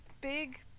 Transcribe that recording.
big